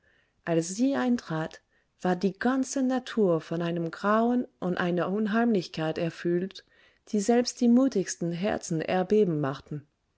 als sie eintrat war die ganze natur von einem grauen und einer unheimlichkeit erfüllt die selbst die mutigsten herzenerbebenmachten